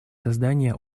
создания